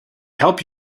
help